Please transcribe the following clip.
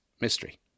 Mystery